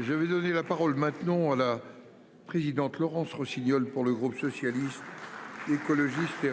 Je vais donner la parole maintenant à la. Présidente Laurence Rossignol. Pour le groupe socialiste. Écologiste et.